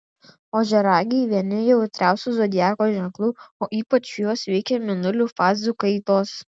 ožiaragiai vieni jautriausių zodiako ženklų o ypač juos veikia mėnulio fazių kaitos